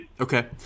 Okay